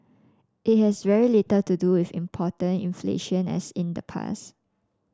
it has very little to do with imported inflation as in the past